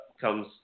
comes